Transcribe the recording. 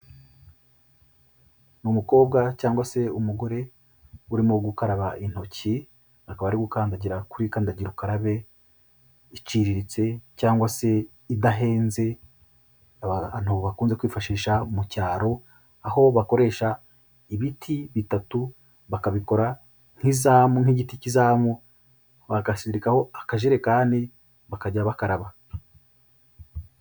Ni umukobwa cyangwa se umugore urimo gukaraba intoki, akaba ari gukandagira kuri kandagira ukarabe iciriritse, cyangwa se idahenze abantu bakunze kwifashisha mu cyaro aho bakoresha ibiti bitatu bakabikora nk'izamu, nk'igiti cy'izamu bakazirikaho akajerekani bakajya bakaraba.